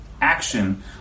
action